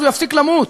הוא יפסיק למות.